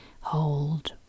hold